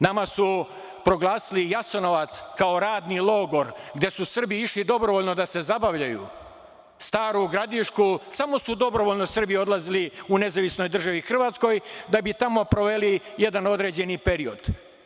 Nama su proglasili Jasenovac kao radni logor gde su Srbi išli dobrovoljno da se zabavljaju, u Staru Gradišku Srbi su dobrovoljno odlazili u Nezavisnoj Državi Hrvatskoj da bi tamo proveli jedan određeni period.